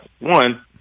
one